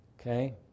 Okay